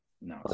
No